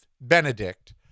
Benedict